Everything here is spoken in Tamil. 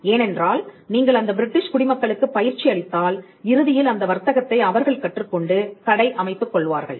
ஏனென்றால் நீங்கள் அந்த பிரிட்டிஷ் குடிமக்களுக்கு பயிற்சி அளித்தால் இறுதியில் அந்த வர்த்தகத்தை அவர்கள் கற்றுக்கொண்டு கடை அமைத்துக் கொள்வார்கள்